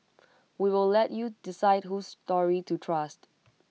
we'll let you decide whose story to trust